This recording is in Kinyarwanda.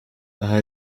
aha